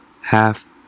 half